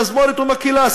תזמורת ומקהלה,